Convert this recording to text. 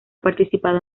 participado